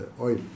oil